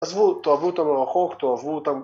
עזבו, תאהבו אותנו רחוק, ‫תאהבו אותם...